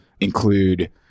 include